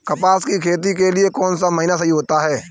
कपास की खेती के लिए कौन सा महीना सही होता है?